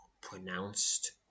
pronounced